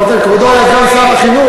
כבודו היה סגן שר החינוך,